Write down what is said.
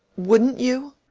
wouldn't you?